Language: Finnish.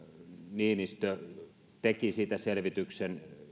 niinistö teki siitä selvityksen